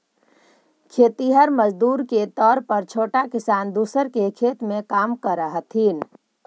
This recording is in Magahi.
खेतिहर मजदूर के तौर पर छोटा किसान दूसर के खेत में काम करऽ हथिन